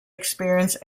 experience